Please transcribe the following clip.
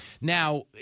now